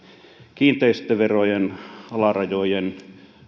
kiinteistöveron alarajojen